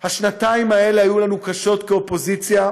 השנתיים האלה היו לנו קשות כאופוזיציה,